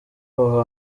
aho